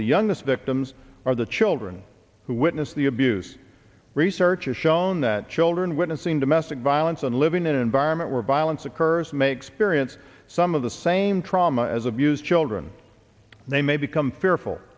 the youngest victims are the children who witness the abuse research has shown that children witnessing domestic violence and living in an environment where violence occurs makes perience some of the same trauma as abuse children they may become fearful